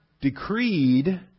decreed